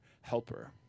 helper